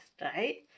right